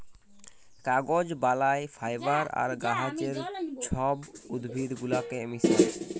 কাগজ বালায় ফাইবার আর গাহাচের ছব উদ্ভিদ গুলাকে মিশাঁয়